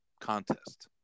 contest